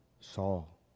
Saul